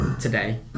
today